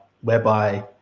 whereby